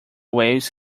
waves